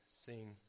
sing